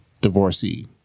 divorcee